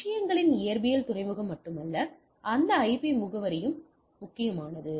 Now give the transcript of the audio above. விஷயங்களின் இயற்பியல் துறைமுகம் மட்டுமல்ல அந்த ஐபி முகவரியும் முக்கியமானது